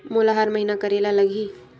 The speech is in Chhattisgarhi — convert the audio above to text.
मोला हर महीना करे ल लगही?